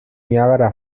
niagara